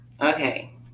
okay